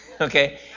Okay